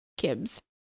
Kibbs